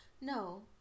No